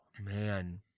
Man